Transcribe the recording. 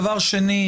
דבר שני,